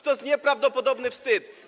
To jest nieprawdopodobny wstyd.